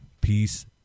Peace